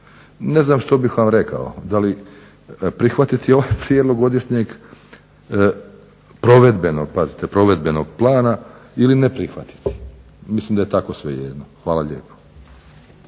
Ne znam što bih vam rekao, da li prihvatiti ovaj Prijedlog godišnjeg provedbenog, pazite provedbenog plana ili ne prihvatiti. Mislim da je tako svejedno. Hvala lijepo.